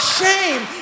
shame